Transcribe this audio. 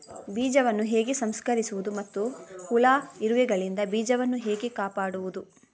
ಬೀಜವನ್ನು ಹೇಗೆ ಸಂಸ್ಕರಿಸುವುದು ಮತ್ತು ಹುಳ, ಇರುವೆಗಳಿಂದ ಬೀಜವನ್ನು ಹೇಗೆ ಕಾಪಾಡುವುದು?